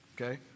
okay